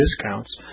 discounts